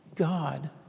God